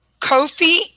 Kofi